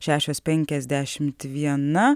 šešios penkiasdešimt viena